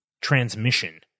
transmission